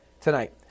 tonight